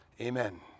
Amen